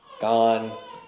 Gone